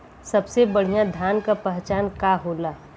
सबसे बढ़ियां धान का पहचान का होला?